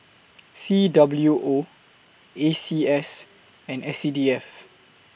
C W O A C S and S C D F